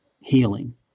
healing